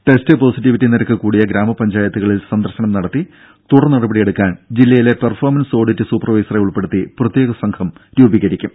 test positivity നിരക്ക് കൂടിയ ഗ്രാമപഞ്ചായത്തുകളിൽ സന്ദർശനം നടത്തി തുടർ നടപടിയെടുക്കാൻ ജില്ലയിലെ പെർഫോമൻസ് ഓഡിറ്റ് സൂപ്പർവൈസറെ ഉൾപ്പെടുത്തി പ്രത്യേക സംഘം രൂപീകരിക്കും